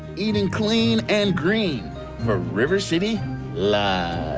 eating clean and green for river city live.